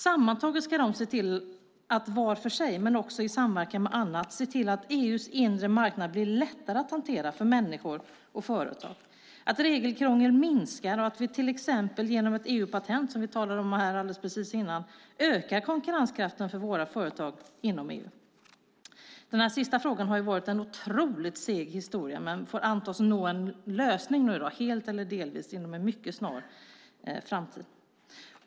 Sammantaget ska de var för sig, men också i samverkan, se till att EU:s inre marknad blir lättare att hantera för människor och företag, att regelkrångel minskar och att vi till exempel genom ett EU-patent - som vi talade om innan - ökar konkurrenskraften för våra företag inom EU. Denna sista fråga har varit en otroligt seg historia, men får antas nå en lösning helt eller delvis inom en mycket snar framtid.